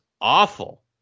awful